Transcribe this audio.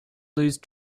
lose